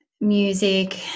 music